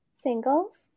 singles